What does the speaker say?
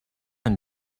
and